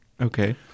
okay